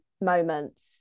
moments